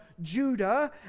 Judah